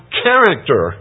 character